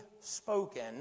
spoken